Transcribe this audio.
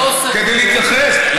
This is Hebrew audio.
כדי להתייחס.